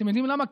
אתם יודעים למה?